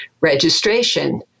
registration